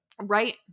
Right